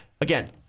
Again